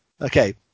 Okay